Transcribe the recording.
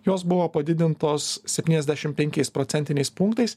jos buvo padidintos septyniasdešim penkiais procentiniais punktais